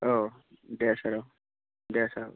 औ दे सार औ दे सार